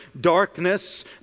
darkness